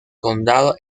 condado